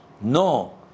No